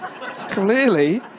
Clearly